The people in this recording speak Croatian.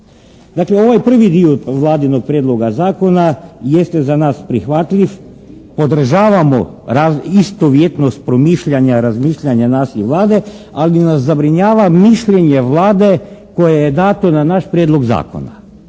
Dakle ovaj prvi dio Vladinog prijedloga zakona jeste za nas prihvatljiv. Podržavamo istovjetnost promišljanja, razmišljanja nas i Vlade, ali nas zabrinjava mišljenje Vlade koje je dato na naš prijedlog zakona.